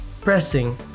pressing